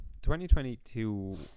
2022